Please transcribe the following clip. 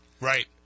Right